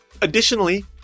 Additionally